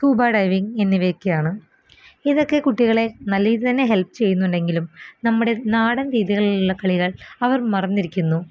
scuba diving എന്നിവയൊക്കെയാണ് ഇതൊക്കെ കുട്ടികളെ നല്ല രീതിയില് തന്നെ ഹെല്പ് ചെയ്യുന്നുണ്ടെങ്കിലും നമ്മുടെ നാടന് രീതികളിലുള്ള കളികള് അവര് മറന്നിരിക്കുന്നു